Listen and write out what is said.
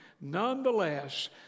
nonetheless